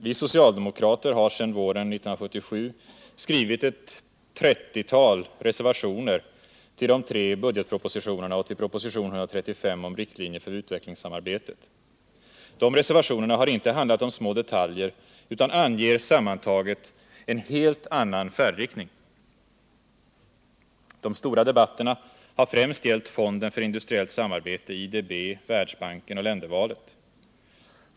Vi socialdemokrater har sedan våren 1977 skrivit ett 30-tal reservationer till betänkandena med anledning av de tre budgetpropositionerna i detta avseende och till propositionen om riktlinjer för utvecklingssamarbete. De reservationerna har inte handlat om små detaljer utan anger sammantaget en helt annan färdriktning. De stora debatterna har främst gällt fonden för industriellt samarbete, IDB, Världsbanken och ländervalet.